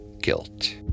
guilt